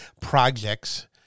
projects